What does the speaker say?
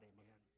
Amen